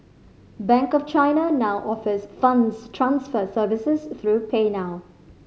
bank of China now offers funds transfer services through PayNow